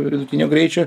vidutinio greičio